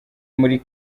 muri